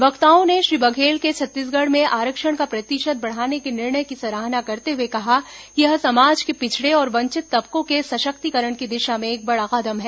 वक्ताओं ने श्री बघेल के छत्तीसगढ़ में आरक्षण का प्रतिशत बढ़ाने के निर्णय की सराहना करते हुए कहा कि यह समाज के पिछड़े और वंचित तबकों के सशक्तिकरण की दिशा में एक बड़ा कदम है